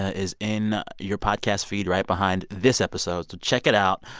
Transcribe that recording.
is in your podcast feed right behind this episode. so check it out.